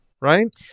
Right